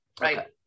right